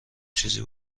چیزی